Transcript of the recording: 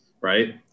right